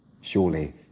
Surely